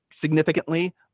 significantly